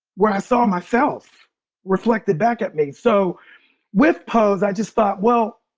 where i saw myself reflected back at me. so with pose, i just thought, well,